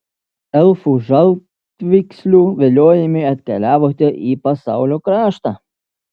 elfų žaltvykslių viliojami atkeliavote į pasaulio kraštą